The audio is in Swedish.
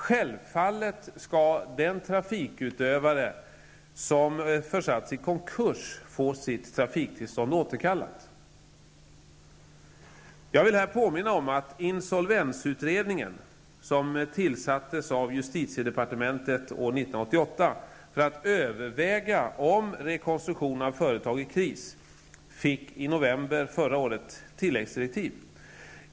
Självfallet skall den trafikutövare som försatts i konkurs få sitt trafiktillstånd återkallat. Jag vill här påminna om att insolvensutredningen, som tillsattes av justitiedepartementet år 1988 för att överväga frågor om rekonstruktion av företag i kris, i november förra året fick tilläggsdirektiv.